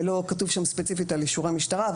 לא כתוב שם ספציפית על אישורי משטרה,